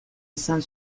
izan